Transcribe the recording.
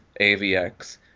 AVX